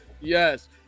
Yes